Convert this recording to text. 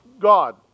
God